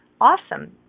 awesome